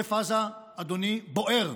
עוטף עזה, אדוני, בוער.